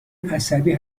عصبی